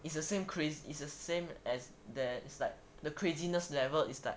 it's the same craze is the same as there is like the craziness level is like